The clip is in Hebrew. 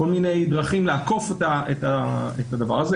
כל מיני דרכים לעקוף את הדבר הזה.